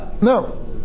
No